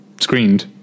screened